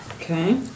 Okay